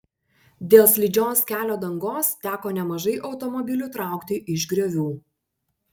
dėl slidžios kelio dangos teko nemažai automobilių traukti iš griovių